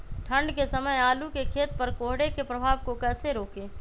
ठंढ के समय आलू के खेत पर कोहरे के प्रभाव को कैसे रोके?